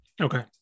Okay